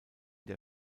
der